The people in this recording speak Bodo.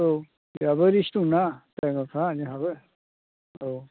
औ जोंहाबो रिस्क दंना ड्रायभारफ्रा जोंहाबो औ